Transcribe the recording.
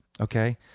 Okay